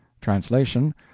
Translation